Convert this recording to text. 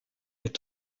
est